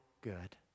good